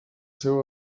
seu